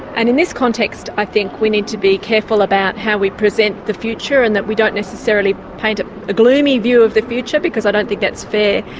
and in this context i think we need to be careful about how we present the future and that we don't necessarily paint a gloomy view of the future, because i don't think that's fair,